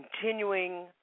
continuing